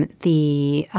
but the.